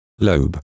lobe